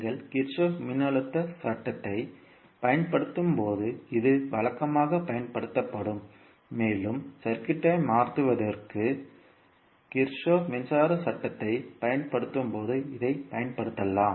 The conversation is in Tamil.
நீங்கள் கிர்ச்சோஃப் மின்னழுத்த சட்டத்தைப் பயன்படுத்தும்போது இது வழக்கமாகப் பயன்படுத்தப்படும் மேலும் சுற்றுகளை மாற்றுவதற்கு கிர்ச்சோஃப் மின்சார சட்டத்தைப் பயன்படுத்தும்போது இதைப் பயன்படுத்தலாம்